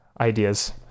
ideas